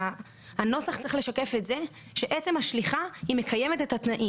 הנוסח צריך לשקף את זה שבעצם השליחה היא מקיימת את התנאים.